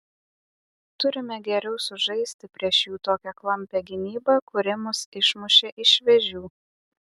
turime geriau sužaisti prieš jų tokią klampią gynybą kuri mus išmušė ir vėžių